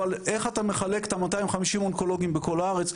אבל איך אתה מחלק את ה-250 אונקולוגים בכל הארץ,